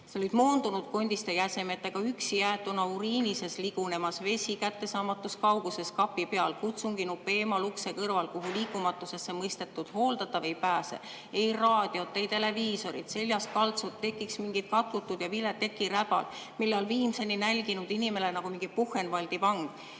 Seal oli moondunud kondiste jäsemetega, üksi jäetud, uriini sees ligunemas [hooldatav], vesi kättesaamatus kauguses kapi peal, kutsunginupp eemal ukse kõrval, kuhu liikumatusesse mõistetud hooldatav ei pääse. Ei raadiot, televiisorit, seljas kaltsud, tekiks mingi katkutud ja vilets tekiräbal. Viimseni nälginud inimene nagu mingi Buchenwaldi vang.